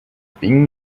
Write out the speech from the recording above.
being